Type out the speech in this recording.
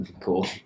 cool